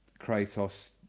Kratos